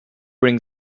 bring